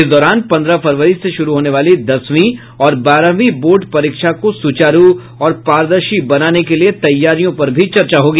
इस दौरान पन्द्रह फरवरी से शुरू होने वाली दसवीं और बारहवीं बोर्ड परीक्षा को सुचारू और पारदर्शी बनाने के लिए तैयारियों पर भी चर्चा होगी